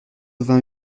vingt